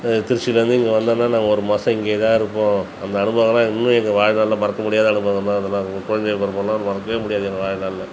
திருச்சிலேருந்து இங்கே வந்தன்னா நான் ஒரு மாதம் இங்கே தான் இருப்போம் அந்த அனுபவம்லாம் இன்னும் எங்கள் வாழ்நாளில் மறக்க முடியாத அனுபவம் தான் அதெல்லாம் குழந்தை பருவம்லாம் மறக்கவே முடியாது எங்கள் வாழ்நாளில்